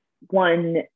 one